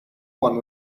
one